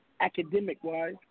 academic-wise